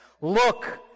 Look